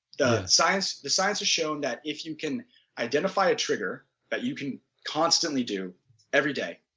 the science the science has shown that if you can identify a trigger that you can constantly do every day,